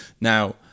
now